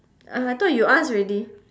uh I thought you ask already